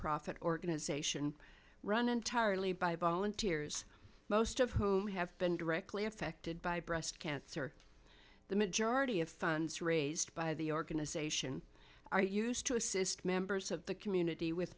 nonprofit organization run entirely by volunteers most of whom have been directly affected by breast cancer the majority of funds raised by the organization are used to assist members of the community with